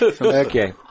Okay